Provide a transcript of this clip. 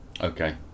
Okay